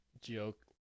joke